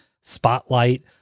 Spotlight